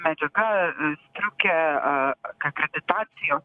medžiaga a striukė a akreditacijos